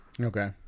Okay